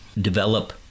develop